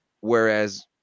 Whereas